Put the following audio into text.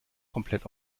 komplett